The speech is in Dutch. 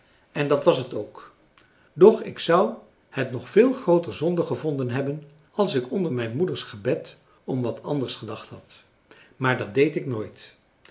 en dat was het ook doch ik zou het nog veel grooter zonde gevonden hebben als ik onder mijn moeders gebed om wat anders gedacht had maar dat deed ik nooit